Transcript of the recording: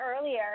earlier